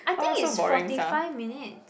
I think it's forty five minutes